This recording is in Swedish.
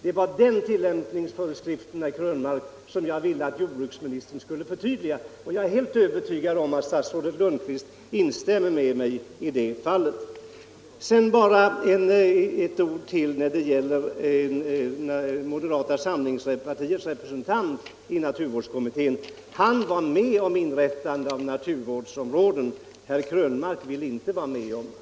Det var den tillämpningsföreskriften, herr Krönmark, som jag ville att jordbruksministern skulle förtydliga. Jag är helt övertygad om att statsrådet Lundkvist instämmer med mig i det fallet. Sedan bara ytterligare ett ord angående moderata samlingspartiets representant i naturvårdskommittén. Han var med om inrättandet av naturvårdsområden, men det vill herr Krönmark inte vara med om.